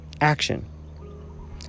Action